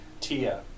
tia